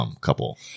couple